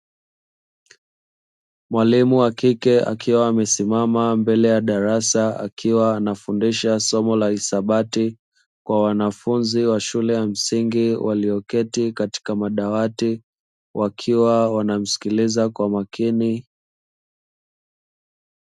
Mwalimu wa kike akiwa amesimama mbele ya darasa akiwa anafundisha somo la hisabati, kwa wanafunzi wa shule ya msingi walioketi katika madawati wakiwa wanamsikiliza kwa makini.